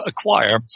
acquire